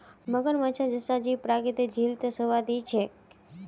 मगरमच्छ जैसा जीव प्राकृतिक झील त शोभा दी छेक